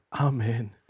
Amen